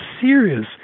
serious